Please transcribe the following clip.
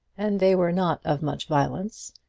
and they were not of much violence.